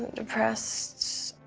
depressed. i